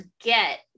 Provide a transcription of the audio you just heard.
get